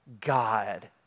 God